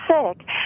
sick